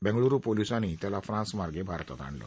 बेंगळुरू पोलिसांनी त्याला फ्रान्समार्गे भारतात आणलं